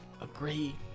agree